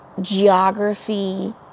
geography